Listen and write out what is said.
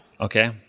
Okay